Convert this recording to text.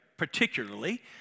particularly